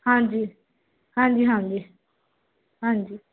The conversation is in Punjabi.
ਹਾਂਜੀ ਹਾਂਜੀ ਹਾਂਜੀ ਹਾਂਜੀ